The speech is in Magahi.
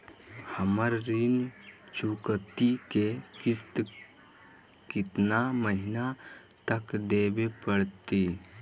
हमरा ऋण चुकौती के किस्त कितना महीना तक देवे पड़तई?